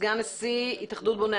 סגן נשיא התאחדות בוני